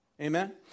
Amen